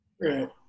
Right